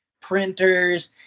printers